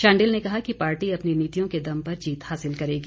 शांडिल ने कहा कि पार्टी अपनी नीतियों के दम पर जीत हासिल करेगी